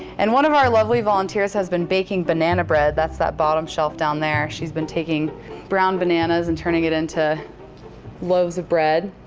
and one of our lovely volunteers has been baking banana bread. that's that bottom shelf down there. she's been taking brown bananas and turning it into loaves of bread.